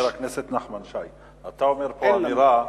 חבר הכנסת נחמן שי, אתה אומר פה אמירה,